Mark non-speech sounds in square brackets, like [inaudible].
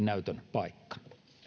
[unintelligible] näytön paikka